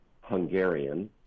Hungarian